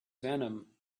venom